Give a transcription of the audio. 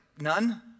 none